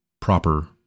proper